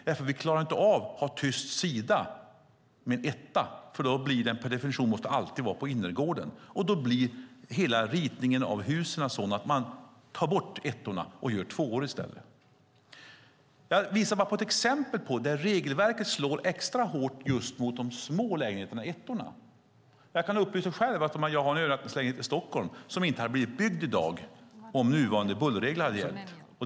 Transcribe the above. Jo, för vi klarar inte av att ha en tyst sida för en etta, för den måste alltid ligga mot innergården. Då blir hela ritningen av husen sådan att man tar bort ettorna och gör tvåor i stället. Jag visar bara på ett exempel där regelverket slår extra hårt mot just de små lägenheterna, ettorna. Jag kan upplysa er om att jag själv har en övernattningslägenhet i Stockholm som inte hade blivit byggd om nuvarande bullerregel hade gällt.